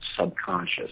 subconscious